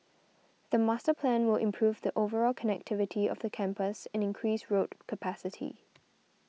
the master plan will improve the overall connectivity of the campus and increase road capacity